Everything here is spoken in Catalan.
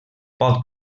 pot